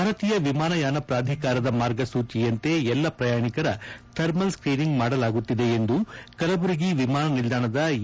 ಭಾರತೀಯ ವಿಮಾನಯಾನ ಪ್ರಾಧಿಕಾರದ ಮಾರ್ಗಸೂಚಿಯಂತೆ ಎಲ್ಲಾ ಪ್ರಯಾಣಿಕರ ಥರ್ಮಲ್ ಸ್ಕ್ರೀನಿಂಗ್ ಮಾಡಲಾಗುತ್ತಿದೆ ಎಂದು ಕಲಬುರಗಿ ವಿಮಾನ ನಿಲ್ದಾಣದ ಎ